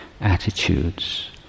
attitudes